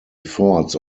efforts